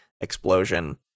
Explosion